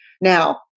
Now